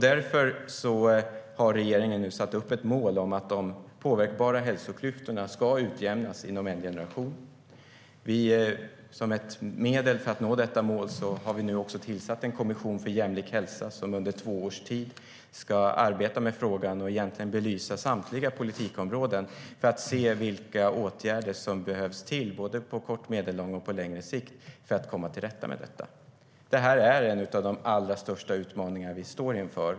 Därför har regeringen nu satt upp ett mål om att de påverkbara hälsoklyftorna ska utjämnas inom en generation. Som ett medel för att nå detta mål har vi nu också tillsatt en kommission för jämlik hälsa som under två års tid ska arbeta med frågan och belysa samtliga politikområden för att man ska se vilka åtgärder som behöver vidtas på kort, medellång och längre sikt för att komma till rätta med detta. Detta är en av de allra största utmaningar som vi står inför.